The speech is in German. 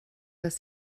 das